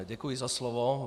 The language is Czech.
Děkuji za slovo.